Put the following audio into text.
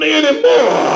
anymore